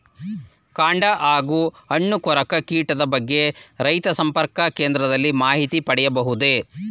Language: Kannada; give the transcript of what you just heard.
ಕಾಂಡ ಹಾಗೂ ಹಣ್ಣು ಕೊರಕ ಕೀಟದ ಬಗ್ಗೆ ರೈತ ಸಂಪರ್ಕ ಕೇಂದ್ರದಲ್ಲಿ ಮಾಹಿತಿ ಪಡೆಯಬಹುದೇ?